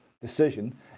decision